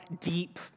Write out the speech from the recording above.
deep